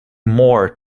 more